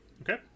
Okay